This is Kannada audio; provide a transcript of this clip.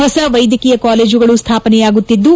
ಹೊಸ ವೈದ್ಯಕೀಯ ಕಾಲೇಜುಗಳು ಸ್ಥಾಪನೆಯಾಗುತ್ತಿದ್ದು